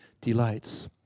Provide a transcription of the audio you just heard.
delights